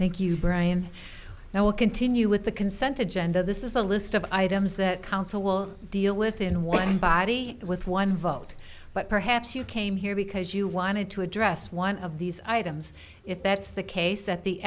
thank you brian now will continue with the consent agenda this is a list of items that council will deal with in one body with one vote but perhaps you came here because you wanted to address one of these items if that's the case at the